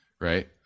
right